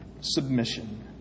submission